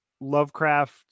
Lovecraft